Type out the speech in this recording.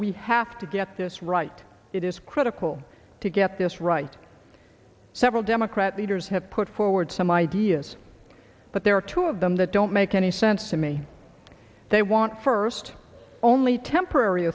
we have to get this right it is critical to get this right several democrat leaders have put forward some ideas but there are two of them that don't make any sense to me they want first only temporary